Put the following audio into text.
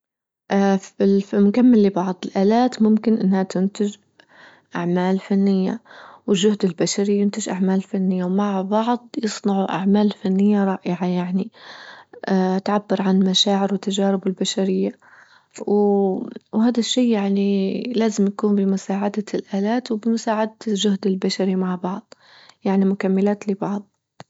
اه في في المجمل بعض الآلات ممكن أنها تنتج أعمال فنية والجهد البشري ينتج أعمال فنية ومع بعض يصنعوا أعمال فنية رائعة يعني اه تعبر عن المشاعر وتجارب البشرية، وهدا الشي يعني لازم يكون بمساعدة الآلات وبمساعدة الجهد البشري مع بعض يعني مكملات لبعض.